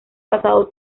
pasado